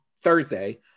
thursday